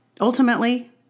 ultimately